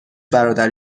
برادر